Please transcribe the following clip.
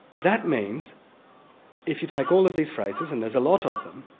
that means if you take all of these phrases and there's a lot of them